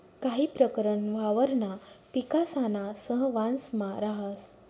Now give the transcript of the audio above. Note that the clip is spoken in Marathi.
काही प्रकरण वावरणा पिकासाना सहवांसमा राहस